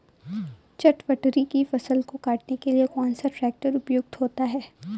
चटवटरी की फसल को काटने के लिए कौन सा ट्रैक्टर उपयुक्त होता है?